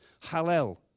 Hallel